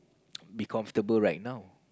be comfortable right now